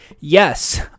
Yes